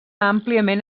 àmpliament